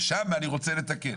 ושם אני רוצה לתקן.